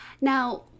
Now-